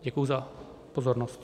Děkuji za pozornost.